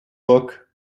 book